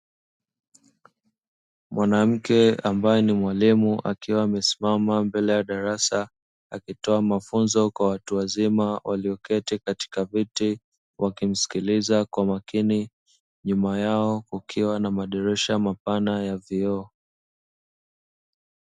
Mwanamke ambae ni mwalimu akiwa amesimama mbele ya darasa akitoa mafunzo kwa watu wazima walio keti katika viti wakimsikiliza kwa makini, nyuma yao kukiwa na madirisha mapana ya vioo.